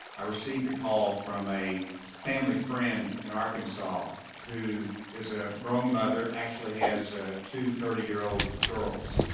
i received a call from a family friend in arkansas who is a grown mother, actually has ah two thirty year old girls,